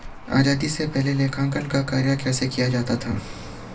आजादी से पहले लेखांकन का कार्य कैसे किया जाता था?